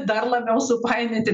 dar labiau supainioti